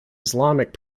islamic